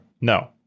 No